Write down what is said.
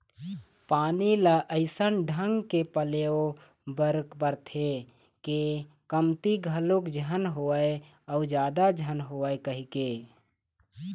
पानी ल अइसन ढंग के पलोय बर परथे के कमती घलोक झन होवय अउ जादा झन होवय कहिके